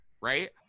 right